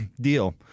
deal